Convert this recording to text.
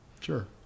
sure